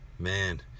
Man